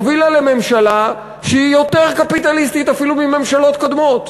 הובילה לממשלה שהיא יותר קפיטליסטית אפילו מממשלות קודמות.